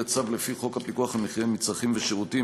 צו לפי חוק הפיקוח על מחירי מצרכים ושירותים,